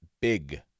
big